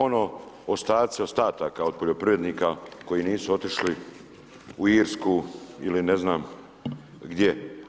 Ono ostaci ostataka od poljoprivrednika koji nisu otišli u Irsku ili ne znam gdje.